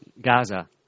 Gaza